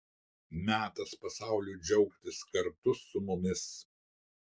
metas pasauliui džiaugtis kartu su mumis